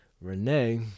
Renee